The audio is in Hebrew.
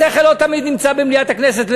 השכל לא תמיד נמצא במליאת הכנסת,